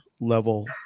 level